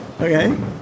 Okay